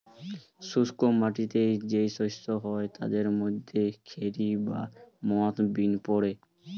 শুষ্ক মাটিতে যেই শস্য হয় তাদের মধ্যে খেরি বা মথ বিন পড়ে